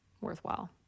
worthwhile